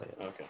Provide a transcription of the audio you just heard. Okay